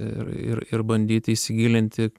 ir ir ir bandyti įsigilinti